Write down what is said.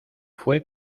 fue